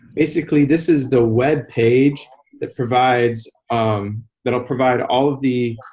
basically this is the web page that provides um that will provide all of the